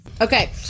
Okay